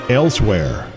elsewhere